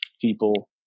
people